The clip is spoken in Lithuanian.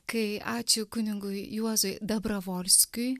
kai ačiū kunigui juozui dabravolskiui